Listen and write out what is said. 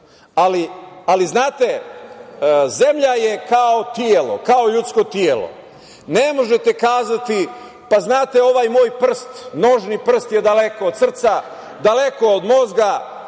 ali znate, zemlja je kao telo, kao ljudsko telo. Ne možete kazati – pa, znate, ovaj moj prst, nožni prst je daleko od srca, daleko od mozga,